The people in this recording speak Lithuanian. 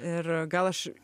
ir gal aš